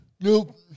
Nope